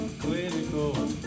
clinical